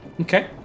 Okay